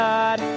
God